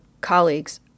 colleagues